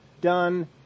done